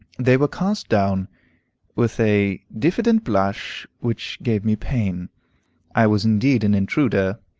they were cast down with a diffident blush which gave me pain i was indeed an intruder.